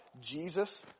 Jesus